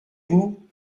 vous